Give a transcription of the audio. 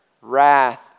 wrath